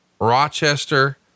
Rochester